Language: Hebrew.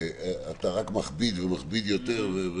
אתה רק מכביד ומכביד יותר.